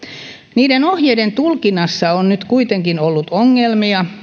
niiden ohjeiden tulkinnassa on nyt kuitenkin ollut ongelmia